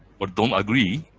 but don't agree,